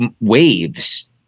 waves